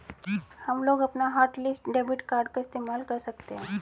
हमलोग अपना hotlist debit card का इस्तेमाल कर सकते हैं